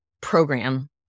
program